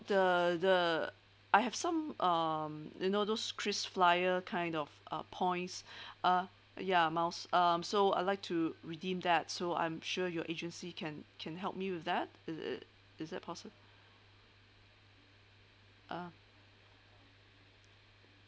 the the I have some um you know those krisflyer kind of uh points ah ya miles um so I'd like to redeem that so I'm sure your agency can can help me with that is it is that possible ah